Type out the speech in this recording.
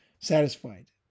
satisfied